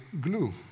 glue